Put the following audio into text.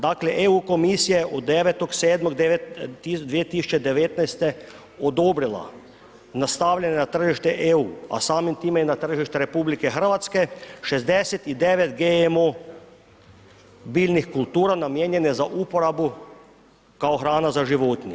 Dakle, EU komisija je od 9.7.2019. odobrila na stavljanje na tržište EU, a samim time na tržište RH, 69 GMO biljnih kultura namijenjene za uporabu kao hrana za životinje.